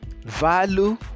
Value